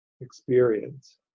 experience